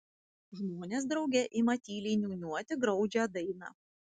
žmonės drauge ima tyliai niūniuoti graudžią dainą